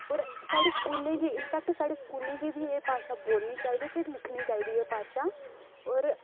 होर साढ़े स्कूलें गी इन फैक्ट साढ़े स्कूलें गी बी ऐ भाशा बोलनी चाहिदी ते लिखनी चाहिदी ऐ एह् भाशा होर